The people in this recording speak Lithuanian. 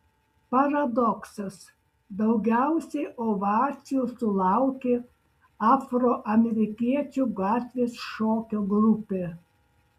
paradoksas daugiausiai ovacijų sulaukė afroamerikiečių gatvės šokio grupė